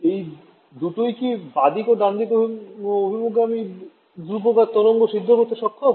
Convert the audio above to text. এই দুটোই কি বাঁদিক ও ডানদিক অভিমুখ গামী দুপ্রকার তরঙ্গ সিদ্ধ করতে সক্ষম